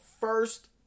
first